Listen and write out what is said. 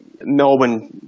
Melbourne